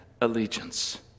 allegiance